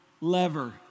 lever